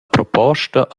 proposta